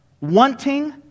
wanting